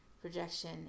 projection